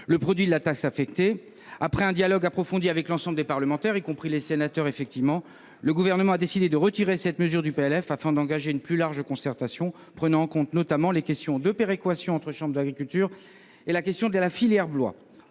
le produit de la taxe affectée. Après un dialogue approfondi avec l'ensemble des parlementaires, y compris les sénateurs, le Gouvernement a décidé de retirer cette mesure du projet de loi de finances, afin d'engager une plus large concertation, qui prenne notamment en compte les questions de péréquation entre chambres d'agriculture et la question de la filière bois.